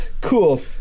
Cool